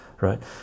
right